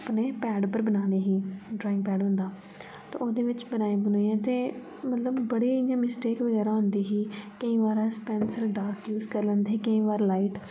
अपने पैड उप्पर बनानी ही ड्राइंग पैड होंदा ते ओह्दे बिच्च बनाई बुनेइयै ते मतलब बड़े इयां मिस्टेक बगैरा होंदी ही केईं बार अस पेन्सिल डार्क यूज़ करी लैंदे हे केईं बार लाइट